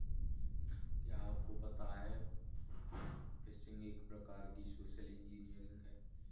क्या आपको पता है फ़िशिंग एक प्रकार की सोशल इंजीनियरिंग है?